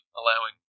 allowing